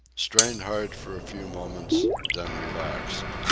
strained hard for a few moments, then relaxed.